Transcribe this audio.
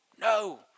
No